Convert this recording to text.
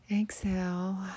Exhale